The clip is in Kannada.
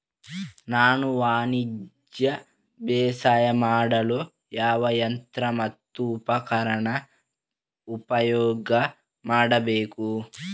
ನಾನು ವಾಣಿಜ್ಯ ಬೇಸಾಯ ಮಾಡಲು ಯಾವ ಯಂತ್ರ ಮತ್ತು ಉಪಕರಣ ಉಪಯೋಗ ಮಾಡಬೇಕು?